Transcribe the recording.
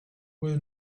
will